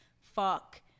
fuck